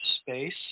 space